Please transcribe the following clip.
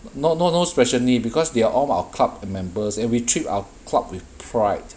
no no no special need because they are all our club members and we treat our club with pride